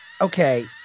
okay